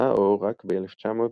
ראה אור רק ב-1950,